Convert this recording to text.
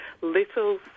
little